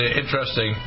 interesting